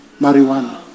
marijuana